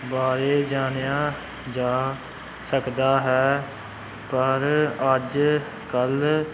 ਬਾਰੇ ਜਾਣਿਆ ਜਾ ਸਕਦਾ ਹੈ ਪਰ ਅੱਜ ਕੱਲ੍ਹ